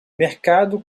mercado